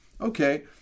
okay